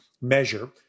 measure